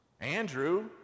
andrew